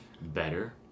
better